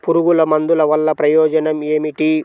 పురుగుల మందుల వల్ల ప్రయోజనం ఏమిటీ?